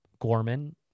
Gorman